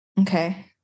Okay